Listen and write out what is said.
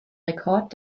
rekord